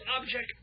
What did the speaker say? object